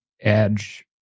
edge